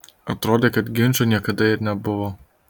atrodė kad ginčo niekada ir nebuvo